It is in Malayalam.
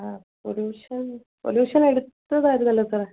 ആ പൊല്യൂഷൻ പൊല്യൂഷൻ എടുത്തതായിരുന്നല്ലോ സാറേ